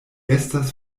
estas